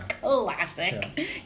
Classic